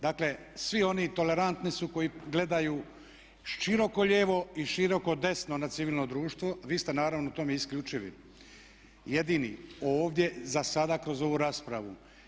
Dakle, svi oni tolerantni su koji gledaju široko lijevo i široko desno na civilno društvo, a vi ste naravno u tome isključivi jedini ovdje za sada kroz ovu raspravu.